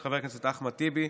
של חבר הכנסת אחמד טיבי,